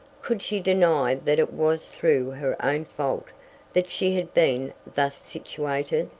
could she deny that it was through her own fault that she had been thus situated?